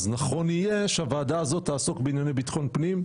נכון יהיה שהוועדה הזאת תעסוק בענייני ביטחון פנים.